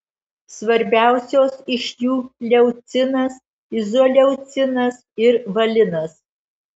svarbiausios iš jų leucinas izoleucinas ir valinas